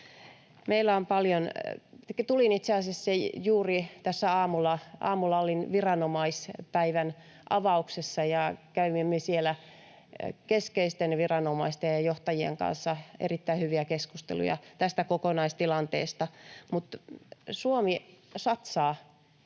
väkivaltaa. Itse asiassa juuri tässä aamulla olin Viranomaispäivien avauksessa, ja kävimme siellä keskeisten viranomaisten ja johtajien kanssa erittäin hyviä keskusteluja tästä kokonaistilanteesta. Suomi satsaa,